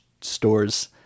stores